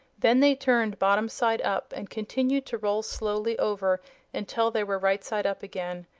then they turned bottom side up, and continued to roll slowly over until they were right side up again.